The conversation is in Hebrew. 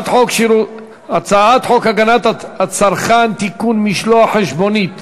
הצעת חוק הגנת הצרכן (תיקון,